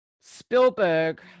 spielberg